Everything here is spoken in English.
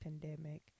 pandemic